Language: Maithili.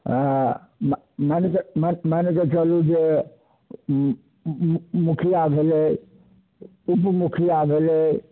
अऽ मऽ मऽ मानिके चलू जे मु मुखिआ भेलै उपमुखिआ भेलै